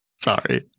sorry